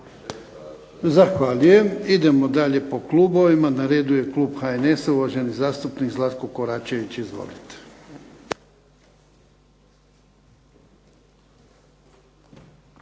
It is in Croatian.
Zahvaljujem. Idemo dalje po klubovima. Na redu je Klub HNS-a uvaženi zastupnik Zlatko Koračević. Izvolite.